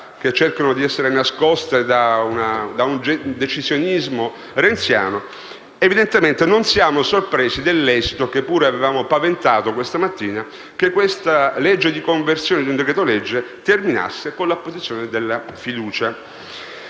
che cercano di essere nascoste dal decisionismo renziano, evidentemente non siamo sorpresi dall'esito di oggi, che pure avevamo paventato questa mattina, ossia che questa legge di conversione di un decreto-legge termina con l'apposizione della fiducia.